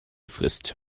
frist